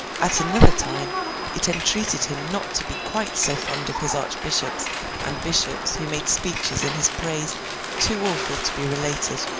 at another time it entreated him not to be quite so fond of his archbishops and bishops who made speeches in his praise too awful to be related,